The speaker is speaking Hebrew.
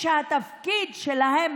על הנחישות שלה,